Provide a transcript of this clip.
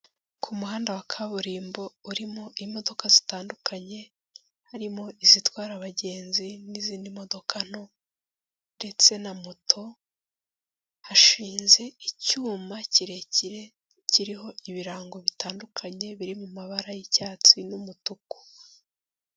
Ku muhanda wa kaburimbo urimo imodoka zitandukanye harimo izitwara abagenzi n'izindi modoka nto ndetse na moto, hashinze icyuma kirekire kiriho ibirango bitandukanye biri mu mabara y'icyatsi n'umutuku.